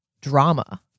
drama